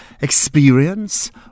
experience